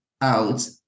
out